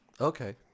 Okay